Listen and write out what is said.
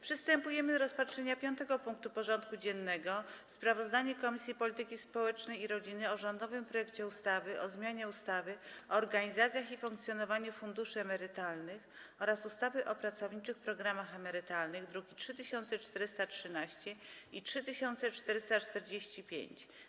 Przystępujemy do rozpatrzenia punktu 5. porządku dziennego: Sprawozdanie Komisji Polityki Społecznej i Rodziny o rządowym projekcie ustawy o zmianie ustawy o organizacji i funkcjonowaniu funduszy emerytalnych oraz ustawy o pracowniczych programach emerytalnych (druki nr 3413 i 3445)